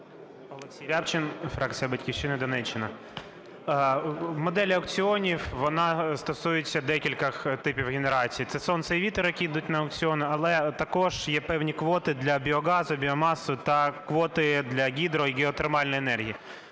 Олексій Рябчин, фракція "Батьківщина", Донеччина. Модель аукціонів, вона стосується декількох типів генерацій – це сонце і вітер, які йдуть на аукціони, але також є певні квоти для біогазу, біомаси та квоти для гідро- і геотермальної енергії.